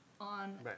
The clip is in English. on